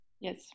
Yes